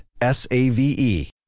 S-A-V-E